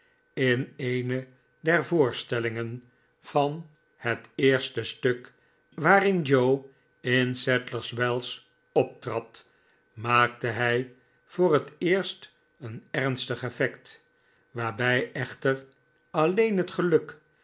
in eene der voorstellingen van net eerste stuk waarin joe in sadlers wells optrad maakte hi voor het eerst een ernstig effect waarbij echter alleen het geluk